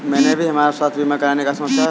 मैंने भी हमारा स्वास्थ्य बीमा कराने का सोचा है